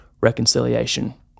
reconciliation